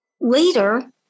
later